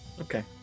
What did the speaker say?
Okay